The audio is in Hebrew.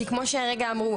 כי כמו שהרגע אמרו,